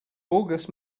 august